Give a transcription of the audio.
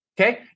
okay